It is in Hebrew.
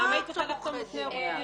מה עכשיו עורכי דין?